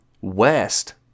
West